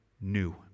new